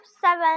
Seven